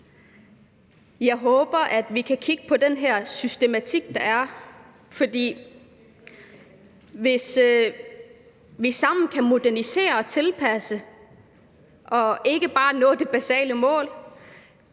Jeg håber, at vi kan kigge på den her systematik, der er, for hvis vi sammen skal modernisere og tilpasse og ikke bare nå det basale mål,